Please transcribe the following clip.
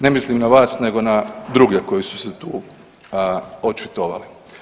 Ne mislim na vas, nego na druge koji su se tu očitovali.